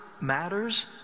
matters